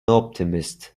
optimist